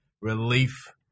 relief